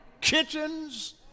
kitchens